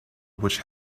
which